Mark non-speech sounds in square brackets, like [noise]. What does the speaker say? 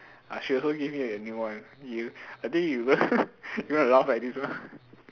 uh she also give me a new one you I think you you [laughs] gonna laugh like this one